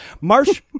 Marsh